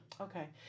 Okay